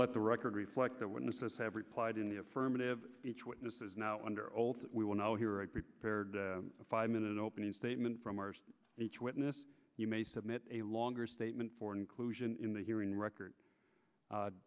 let the record reflect that witnesses have replied in the affirmative each witness is now under old we will now he prepared a five minute opening statement from each witness you may submit a longer statement for inclusion in the hearing record